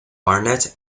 barnett